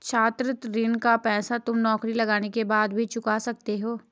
छात्र ऋण का पैसा तुम नौकरी लगने के बाद भी चुका सकते हो